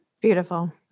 Beautiful